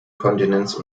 kontinents